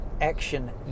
action